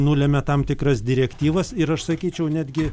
nulemia tam tikras direktyvas ir aš sakyčiau netgi